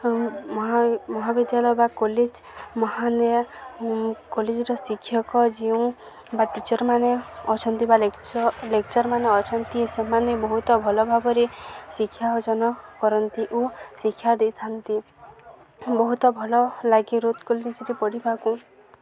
ମହା ମହାବିଦ୍ୟାଳୟ ବା କଲେଜ ମହାନ କଲେଜର ଶିକ୍ଷକ ଯେଉଁ ବା ଟିଚରମାନେ ଅଛନ୍ତି ବା ଲେଚ ଲେକ୍ଚରମାନେ ଅଛନ୍ତି ସେମାନେ ବହୁତ ଭଲ ଭାବରେ ଶିକ୍ଷା ଅର୍ଜନ କରନ୍ତି ଓ ଶିକ୍ଷା ଦେଇଥାନ୍ତି ବହୁତ ଭଲ ଲାଗେ କଲେଜରେ ପଢ଼ିବାକୁ